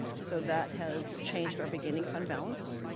so that has changed our beginning fund balance.